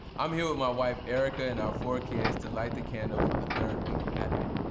i'm here with my wife, erica and our four kids to light the candle for the third week of advent.